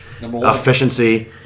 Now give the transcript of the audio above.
efficiency